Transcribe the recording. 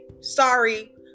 Sorry